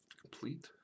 Complete